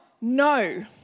no